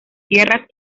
tierras